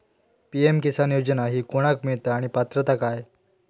PM Kisan योजना ही कोणाक मिळता आणि पात्रता काय?